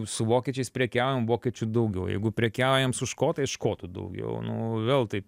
su vokiečiais prekiaujam vokiečių daugiau jeigu prekiaujam su škotais škotų daugiau nu vėl taip